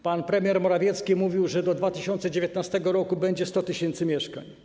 Pan premier Morawiecki mówił, że do 2019 r. będzie 100 tys. mieszkań.